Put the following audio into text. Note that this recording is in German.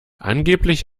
angeblich